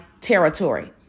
territory